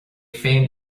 féin